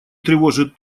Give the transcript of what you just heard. тревожит